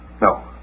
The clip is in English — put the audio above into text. No